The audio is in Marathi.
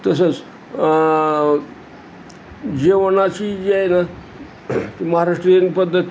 तसंच जेवणाची जी आहे ना महाराष्ट्रीयन पद्धत